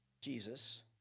Jesus